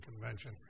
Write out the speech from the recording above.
convention